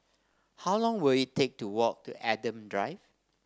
how long will it take to walk to Adam Drive